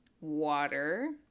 water